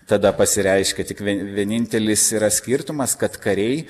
tada pasireiškia tik vienintelis yra skirtumas kad kariai